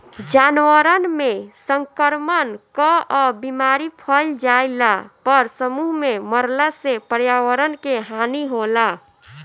जानवरन में संक्रमण कअ बीमारी फइल जईला पर समूह में मरला से पर्यावरण के हानि होला